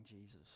Jesus